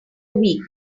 week